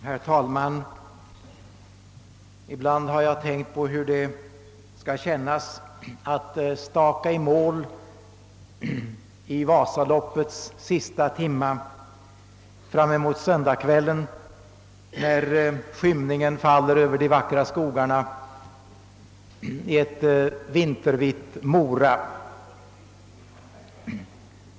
Herr talman! Ibland har jag tänkt på hur det skulle kännas att staka i mål i Vasaloppets sista timma fram emot söndagskvällen, när skymningen faller över de vackra skogarna i ett vintervitt Mora.